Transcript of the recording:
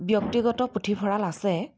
ব্যক্তিগত পুথিভঁৰাল আছে